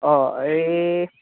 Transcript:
অঁ এই